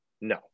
No